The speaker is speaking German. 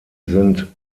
sind